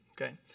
Okay